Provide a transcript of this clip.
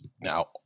Now